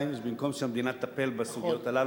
במקום שהמדינה תטפל בסוגיות הללו,